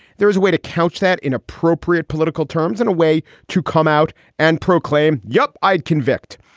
there is a way to couch that in appropriate political terms, in a way to come out and proclaim, yup, i'd convict.